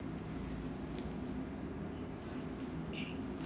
okay